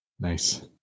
Nice